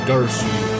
Darcy